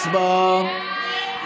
הצבעה.